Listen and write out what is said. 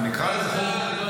לא, נקרא לזה --- לא.